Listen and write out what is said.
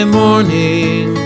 morning